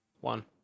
One